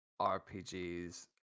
RPGs